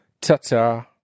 Ta-ta